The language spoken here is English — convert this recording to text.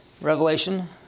Revelation